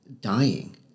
dying